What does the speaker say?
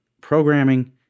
programming